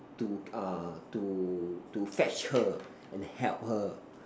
to uh to to fetch her and help her